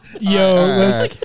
Yo